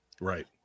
Right